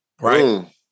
right